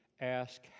ask